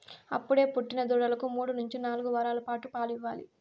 అప్పుడే పుట్టిన దూడలకు మూడు నుంచి నాలుగు వారాల పాటు పాలు ఇవ్వాలి